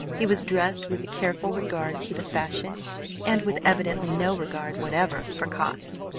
he was dressed with a careful regard to the fashion and with evidently no regard whatever for cost.